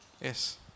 Yes